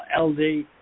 LD